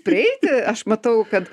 prieiti aš matau kad